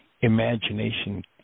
imagination